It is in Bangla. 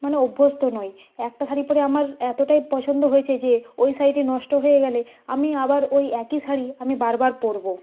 মানে অভ্যস্ত নই একটা শাড়ি পরে আমার এতোটাই পছন্দ হয়েছে যে ওই শাড়িটি নষ্ট হয়ে গেলে আমি আবার ওই একই শাড়ি আমি বারবার পরবো